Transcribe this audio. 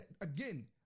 again